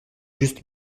just